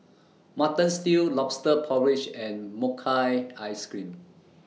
Mutton Stew Lobster Porridge and Mochi Ice Cream